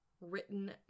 written